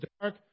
dark